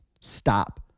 Stop